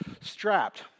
strapped